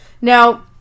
Now